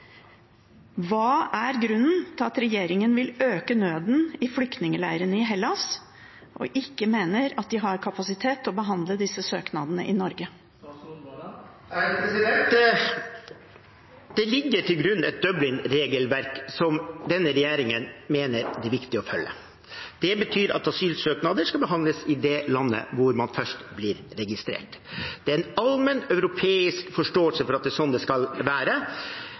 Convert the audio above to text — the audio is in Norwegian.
Hva er grunnen til at regjeringen vil øke nøden i flyktningleirene i Hellas, og mener at de ikke har kapasitet til å behandle disse søknadene i Norge? Det ligger til grunn et Dublin-regelverk som denne regjeringen mener det er viktig å følge. Det betyr at asylsøknader skal behandles i det landet hvor man først blir registrert. Det er en allmenn europeisk forståelse for at det er sånn det skal være,